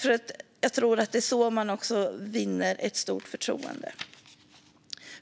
för jag tror att det är så man också vinner ett stort förtroende.